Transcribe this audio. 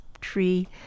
tree